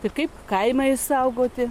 tai kaip kaimą išsaugoti